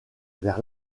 vers